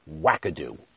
wackadoo